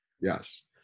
Yes